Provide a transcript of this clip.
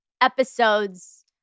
episodes